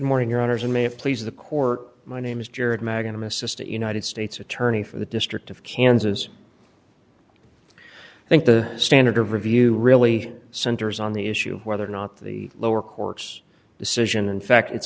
morning your honor and may have please the court my name is jared magnum assistant united states attorney for the district of kansas i think the standard of review really centers on the issue whether or not the lower court's decision in fact it